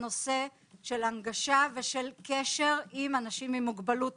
הנושא של הנגשה ושל קשר עם אנשים עם מוגבלות.